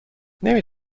نمی